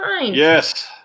Yes